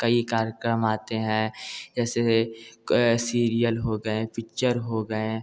कई कार्यक्रम आते हैं ऐसे है सीरियल हो गए पिच्चर हो गए